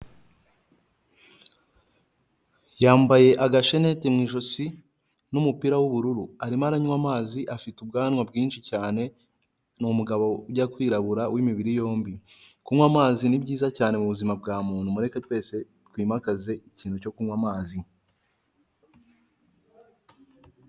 Yambaye agasheneti mu ijosi n'umupira w'ubururu arimo aranywa amazi afite ubwanwa bwinshi cyane, ni umugabo ujya kwirabura w'imibiri yombi kunywa amazi ni byiza cyane mubu buzima bwa muntu mureke twese twimakaze ikintu cyo kunywa amazi.